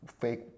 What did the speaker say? fake